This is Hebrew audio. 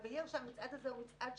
אני מבקשת שתביאו לנו את כל הנתונים.